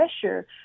pressure